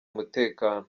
umutekano